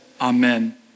Amen